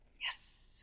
yes